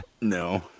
No